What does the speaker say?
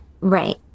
Right